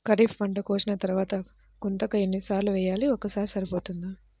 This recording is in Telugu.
ఖరీఫ్ పంట కోసిన తరువాత గుంతక ఎన్ని సార్లు వేయాలి? ఒక్కసారి సరిపోతుందా?